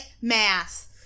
math